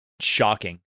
Shocking